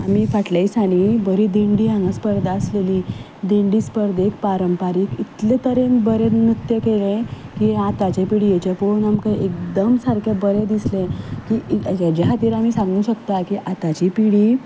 आमी फाटल्या दिसांनी बरी दिंडी हांगा सपर्धा आसलेली दिंडी स्पर्धेक पारंपारीक इतले तरेन बरे नृत्य केलें की आतांचे पिड्येचें पळोवन आमकां एकदम सारकें बरें दिसलें की हाज्या खातीर आमी सांगूंक शकता की आतांची पिडी